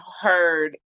heard